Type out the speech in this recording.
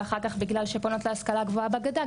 ובגלל שהן פונות להשכלה גבוהה בגדה,